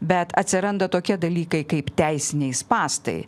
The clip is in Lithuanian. bet atsiranda tokie dalykai kaip teisiniai spąstai